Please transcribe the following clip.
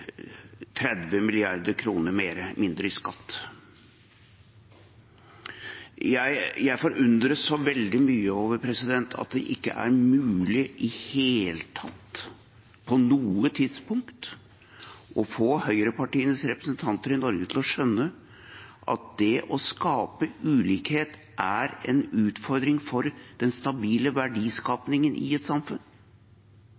i det hele tatt er mulig, på noe tidspunkt, å få høyrepartienes representanter i Norge til å skjønne at det å skape ulikhet er en utfordring for den stabile